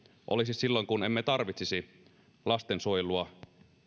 olisi silloin kun emme tarvitsisi lastensuojelua